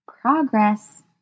Progress